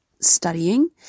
studying